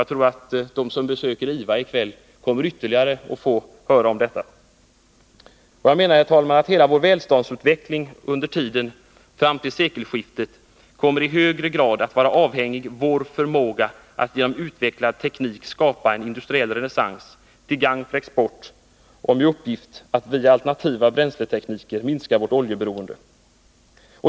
Jag tror att de som i kväll besöker Ingenjörsvetenskapsakademien kommer att få höra mer om detta. Herr talman! Hela vår välståndsutveckling under tiden fram till sekelskiftet kommer i högre grad att vara avhängig av vår förmåga att genom utvecklad teknik skapa en industriell renässans till gagn för exporten och med uppgiften att via alternativa bränsletekniker minska vårt oljeberoende.